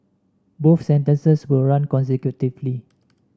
both sentences will run consecutively